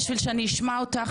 כדי שאשמע אותך,